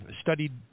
studied